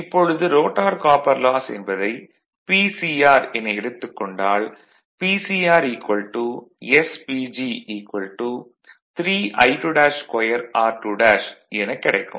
இப்பொழுது rotor copper loss என்பதை Pcr என எடுத்துக் கொண்டால் Pcr sPG 3I22 r2 எனக் கிடைக்கும்